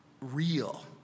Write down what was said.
real